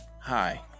hi